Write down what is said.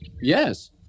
Yes